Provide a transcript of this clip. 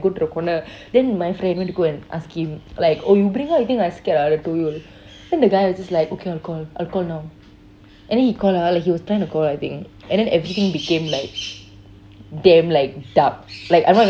go to the corner then my friend went to go and ask him like oh you bring ah you think I scared ah the then the guy was like okay I will call I'll call now and then he call ah like he was trying to call I think and then everything became like damn like dark like I'm not even kidding